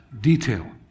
detail